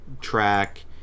track